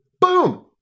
Boom